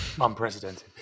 unprecedented